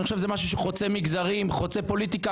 אני חושב שזה משהו שחוצה מגזרים, חוצה פוליטיקה.